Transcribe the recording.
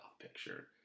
picture